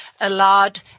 allowed